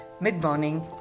mid-morning